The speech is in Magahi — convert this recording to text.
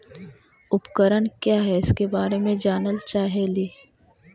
उपकरण क्या है इसके बारे मे जानल चाहेली?